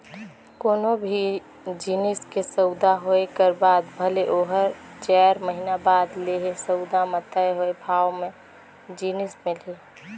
कोनो भी जिनिस के सउदा होए कर बाद भले ओहर चाएर महिना बाद लेहे, सउदा म तय होए भावे म जिनिस मिलही